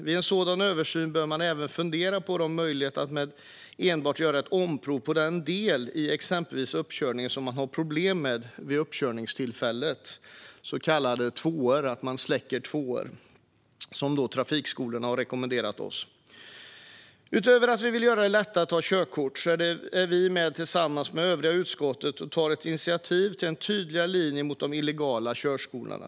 Vid en sådan översyn bör man även fundera på möjligheten att kunna göra ett omprov på enbart den del i exempelvis uppkörningen som man hade problem med vid uppkörningstillfället - att man så att säga släcker tvåor. Detta är något som trafikskolorna har rekommenderat oss. Utöver att vi vill göra det lättare att ta körkort är vi tillsammans med övriga utskottet med och tar initiativ till en tydligare linje mot de illegala körskolorna.